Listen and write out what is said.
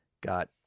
got